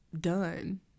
done